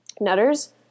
nutters